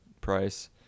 price